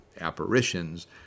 apparitions